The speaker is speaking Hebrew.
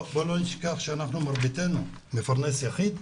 גם בואו לא נשכח שמרביתנו מפרנס יחיד,